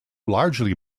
largely